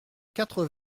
quatres